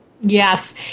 Yes